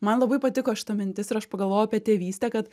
man labai patiko šita mintis ir aš pagalvojau apie tėvystę kad